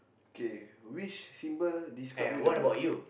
okay which symbol describe you the best